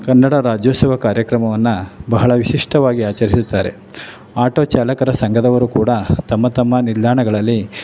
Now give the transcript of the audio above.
ಕನ್ನಡ ರಾಜ್ಯೋತ್ಸವ ಕಾರ್ಯಕ್ರಮವನ್ನು ಬಹಳ ವಿಶಿಷ್ಟವಾಗಿ ಆಚರಿಸುತ್ತಾರೆ ಆಟೋ ಚಾಲಕರ ಸಂಘದವರು ಕೂಡ ತಮ್ಮ ತಮ್ಮ ನಿಲ್ದಾಣಗಳಲ್ಲಿ